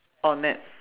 orh nat